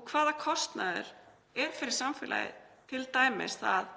og hver kostnaðurinn er fyrir samfélagið, t.d. það